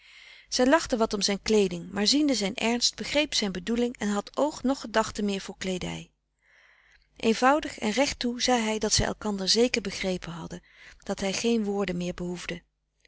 zij lachte wat om zijn kleeding maar ziende zijn ernst begreep zijn bedoeling en had oog noch gedachte meer voor kleedij eenvoudig en recht toe zei hij dat zij elkander zeker begrepen hadden dat hij geen woorden meer behoefde